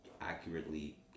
accurately